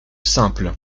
simples